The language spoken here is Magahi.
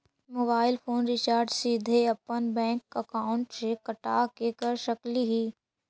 मोबाईल फोन रिचार्ज सीधे अपन बैंक अकाउंट से कटा के कर सकली ही?